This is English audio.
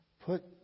put